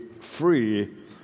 free